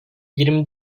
yirmi